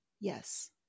Yes